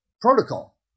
protocol